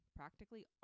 practically